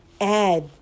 add